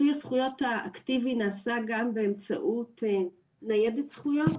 מיצוי הזכויות האקטיבי נעשה גם באמצעות ניידת זכויות,